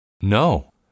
No